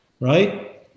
right